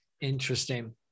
Interesting